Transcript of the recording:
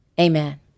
Amen